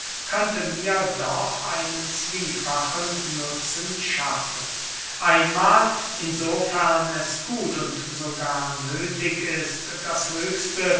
könnte mir doch einen zwiefachen nutzen schaffen einmahl in so fern es gut und sogar nöthig ist das höchste